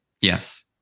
Yes